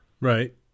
Right